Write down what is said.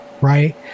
right